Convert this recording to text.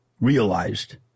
realized